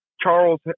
Charles